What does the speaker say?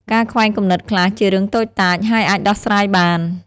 ការខ្វែងគំនិតខ្លះជារឿងតូចតាច ហើយអាចដោះស្រាយបាន។